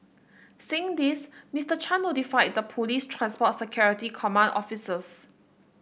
seeing this Mister Chan notified the police transport security command officers